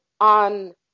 on